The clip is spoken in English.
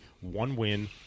one-win